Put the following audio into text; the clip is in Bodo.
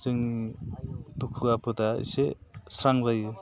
जोंनि दुखु आफोदा एसे स्रां जायो